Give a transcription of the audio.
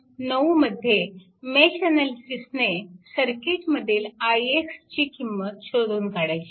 9 मध्ये मेश अनालिसिसने सर्किट मधील ix ची किंमत शोधून काढायची आहे